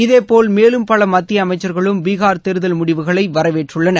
இதேபோல் மேலும் பல மத்திய அமைச்ச்களும் பீகார் தேர்தல் முடிவுகளை வரவேற்றுள்ளனர்